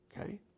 Okay